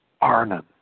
Arnon